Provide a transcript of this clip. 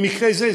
במקרה זה,